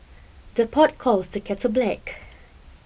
the pot calls the kettle black